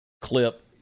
clip